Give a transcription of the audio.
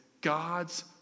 God's